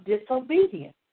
disobedience